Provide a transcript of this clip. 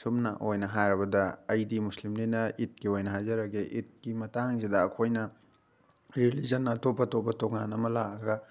ꯁꯝꯅ ꯑꯣꯏꯅ ꯍꯥꯏꯔꯕꯗ ꯑꯩꯗꯤ ꯃꯨꯁꯂꯤꯝꯅꯤꯅ ꯏꯠꯀꯤ ꯑꯣꯏꯅ ꯍꯥꯏꯖꯔꯒꯦ ꯏꯠꯀꯤ ꯃꯇꯥꯡꯁꯤꯗ ꯑꯩꯈꯣꯏꯅ ꯔꯤꯂꯤꯖꯟ ꯑꯇꯣꯞ ꯑꯇꯣꯞꯄ ꯇꯣꯉꯥꯟꯅ ꯑꯃ ꯂꯥꯛꯑꯒ